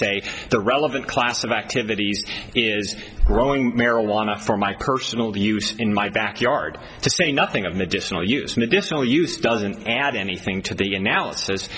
say the relevant class of activities is growing marijuana for my personal use in my backyard to say nothing of medicinal use medicinal use doesn't add anything to the analysis